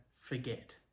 forget